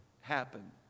happen